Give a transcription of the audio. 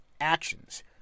actions